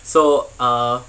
so uh